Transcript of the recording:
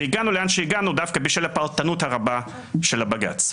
והגענו לאן שהגענו דווקא בשל הפרטנות הרבה של הבג"ץ.